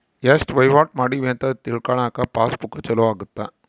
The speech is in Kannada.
ಎಸ್ಟ ವಹಿವಾಟ ಮಾಡಿವಿ ಅಂತ ತಿಳ್ಕನಾಕ ಪಾಸ್ ಬುಕ್ ಚೊಲೊ ಅಗುತ್ತ